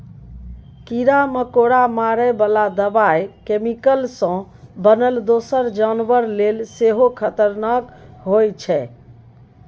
कीरा मकोरा मारय बला दबाइ कैमिकल सँ बनल दोसर जानबर लेल सेहो खतरनाक होइ छै